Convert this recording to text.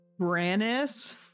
Brannis